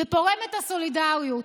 זה פורם את הסולידריות.